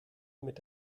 mit